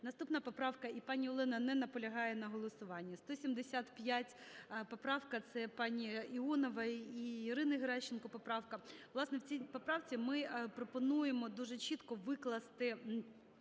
Наступна поправка… І пані Олена не наполягає на голосуванні. 175 поправка - це пані Іонової і Ірини Геращенко поправка. Власне, в цій поправці ми пропонуємо дуже чітко викласти